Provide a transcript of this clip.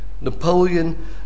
Napoleon